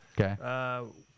Okay